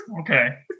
Okay